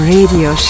Radio